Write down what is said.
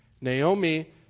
Naomi